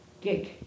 gig